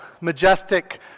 majestic